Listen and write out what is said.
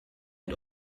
and